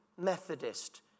Methodist